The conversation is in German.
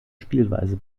spielweise